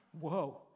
whoa